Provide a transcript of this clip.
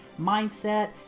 mindset